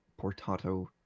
portato